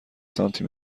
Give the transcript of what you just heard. سانتی